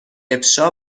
افشا